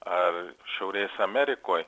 ar šiaurės amerikoj